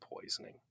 poisoning